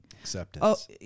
Acceptance